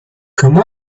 come